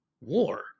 war